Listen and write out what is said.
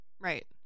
Right